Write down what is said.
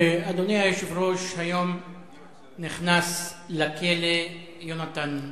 אדוני היושב-ראש, היום נכנס לכלא יונתן פולק,